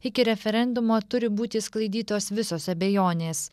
iki referendumo turi būti išsklaidytos visos abejonės